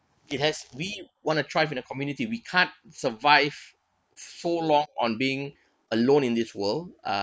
it has we want to thrive in a community we can't survive for long on being alone in this world uh